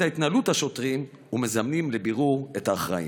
התנהלות השוטרים ומזמנים לבירור את האחראים.